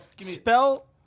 Spell